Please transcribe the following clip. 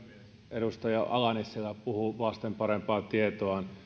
edustaja ala nissilä puhuu vasten parempaa tietoaan